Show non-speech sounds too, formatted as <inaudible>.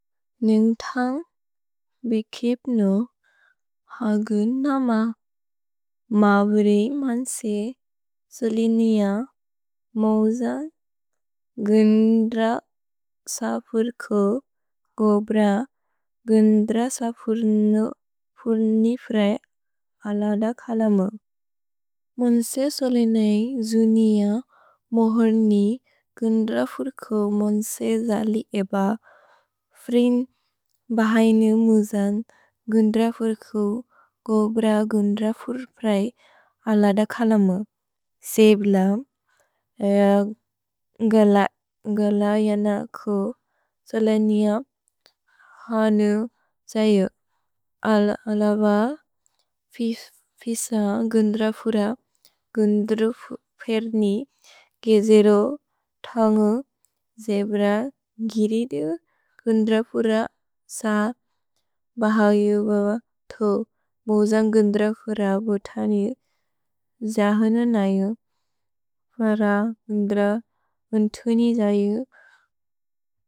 न्न्ग्थन्ग् बिकिप्नु हगु नम। मव्रि मन्से सोलिनिअ मौजन् गुन्द्र सफुर्कु गोब्र गुन्द्र सफुर्नु फुर्नि फ्रए अलद कलम। मन्से सोलिनै जुनिअ मव्हुर्नि गुन्द्र सफुर्कु मन्से जलि एब फ्रिन् बहैनु मौजन् गुन्द्र सफुर्कु गोब्र गुन्द्र सफुर् प्रए अलद कलम। सेब्लम् गलयन कु सोलिनिअ हनु जयु अलब <hesitation> फिसन्ग् गुन्द्र फुर गुन्द्रु फुर्नि गेजेरो थन्गु जेब्र गिरिदु गुन्द्र फुर सफ् बहयु बव थु मौजन् गुन्द्र फुर बोतनि। जहननयु फर गुन्द्र उन्तुनिजयु।